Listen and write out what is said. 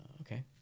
okay